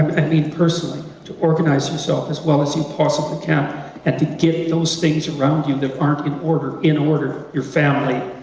and mean personally, to organize yourself as well as you possibly can and to get those things around you that aren't in order in order, your family,